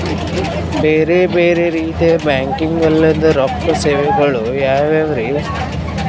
ಬೇರೆ ಬೇರೆ ರೀತಿಯ ಬ್ಯಾಂಕಿಂಗ್ ಅಲ್ಲದ ರೊಕ್ಕ ಸೇವೆಗಳು ಯಾವ್ಯಾವ್ರಿ?